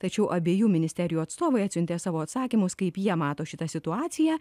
tačiau abiejų ministerijų atstovai atsiuntė savo atsakymus kaip jie mato šitą situaciją